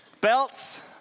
belts